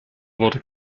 wurde